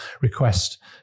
request